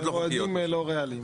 רגע, נכון.